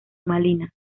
malinas